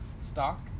stock